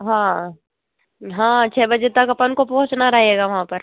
हाँ हाँ छः बजे तक अपन को पहुँचना रहेगा वहां पर